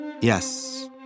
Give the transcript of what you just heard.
Yes